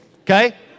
okay